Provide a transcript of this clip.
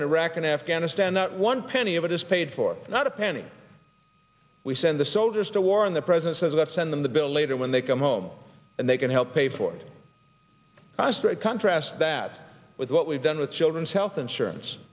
in iraq and afghanistan not one penny of it is paid for not a penny we send the soldiers to war and the president says let's send them the bill later when they come home and they can help pay for it the straight contrast that with what we've done with children's health insurance